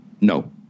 No